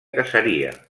caseria